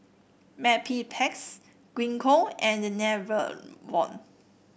Mepilex Gingko and the Enervon